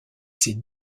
ses